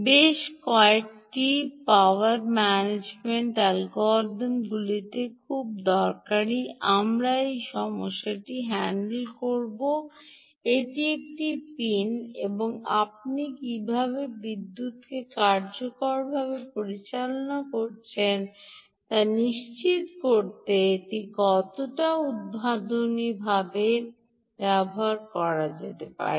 বেশ কয়েকটি power management অ্যালগরিদমগুলিতে খুব দরকারী আমরা এই সমস্যাটি হ্যান্ডেল করব এটি একটি পিন এবং আপনি কীভাবে বিদ্যুৎকে কার্যকরভাবে পরিচালনা করছেন তা নিশ্চিত করতে এটি কতটা উদ্ভাবনীভাবে ব্যবহার করা যেতে পারে